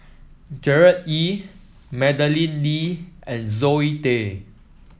Gerard Ee Madeleine Lee and Zoe Tay